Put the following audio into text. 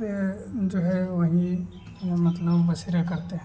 वह जो है वहीं वह मतलब बसेरा करते हैं